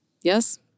Yes